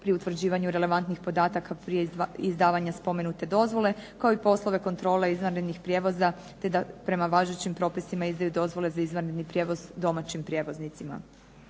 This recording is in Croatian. pri utvrđivanju relevantnih podataka prije izdavanja spomenute dozvole kao i poslove kontrole izvanrednih prijevoza prema važećim propisima izdaju dozvole za izvanredni prijevoz domaćim prijevoznicima.